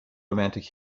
romantic